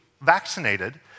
vaccinated